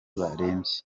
barembye